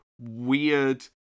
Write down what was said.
weird